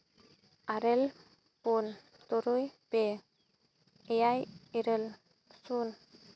ᱟᱨᱮ ᱯᱩᱱ ᱛᱩᱨᱩᱭ ᱯᱮ ᱮᱭᱟᱭ ᱤᱨᱟᱹᱞ ᱥᱩᱱ